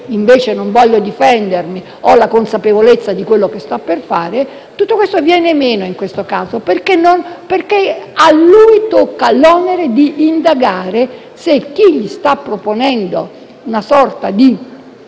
se non voglio difendermi, ho la consapevolezza di quello che sto per fare). Tutto questo viene meno, perché spetta a lui l'onere di indagare se chi gli sta proponendo una sorta di